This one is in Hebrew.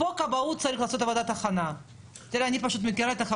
פה הכבאות צריך לעשות עבודת הכנה.